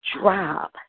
drop